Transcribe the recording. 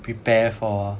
prepare for